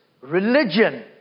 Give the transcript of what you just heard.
religion